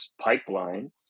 pipeline